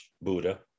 Buddha